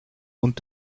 und